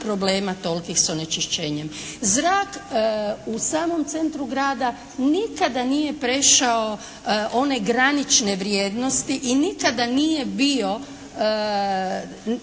problema tolikih s onečišćenjem. Zrak u samom centru grada nikada nije prešao one granične vrijednosti i nikada nije bio